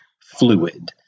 fluid